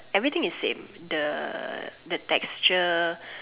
everything is same the the texture